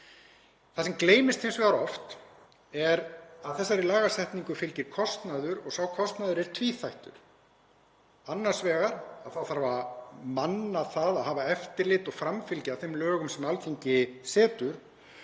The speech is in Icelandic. Það sem gleymist hins vegar oft er að þessari lagasetningu fylgir kostnaður og sá kostnaður er tvíþættur: Annars vegar þarf að manna það að hafa eftirlit og framfylgja þeim lögum sem Alþingi setur.